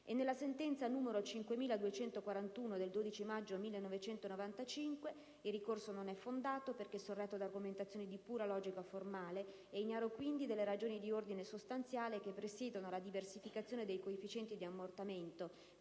nella sentenza n. 5241 del 12 maggio 1995 ("il ricorso non è fondato, perché sorretto da argomenti di pura logica formale e ignaro, quindi, delle ragioni di ordine sostanziale che presiedono alla diversificazione dei coefficienti di ammortamento